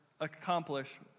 Accomplish